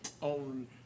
on